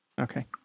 Okay